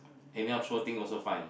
anyhow throw thing also fine